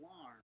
alarm